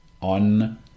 on